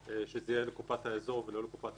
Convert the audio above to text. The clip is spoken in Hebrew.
שזה יהיה לקופת האזור ולא לקופת המדינה,